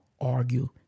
argue